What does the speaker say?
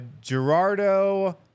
Gerardo